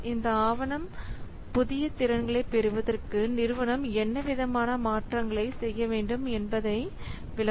இந்த ஆவணம் புதிய திறன்களை பெறுவதற்கு நிறுவனம் என்ன விதமான மாற்றங்களை செய்ய வேண்டும் என்பதை விளக்கும்